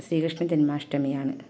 Sreekrishna ജന്മാഷ്ടമിയാണ്